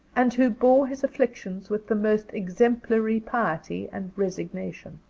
and who bore his afflictions with the most exemplary piety and resignation.